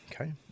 Okay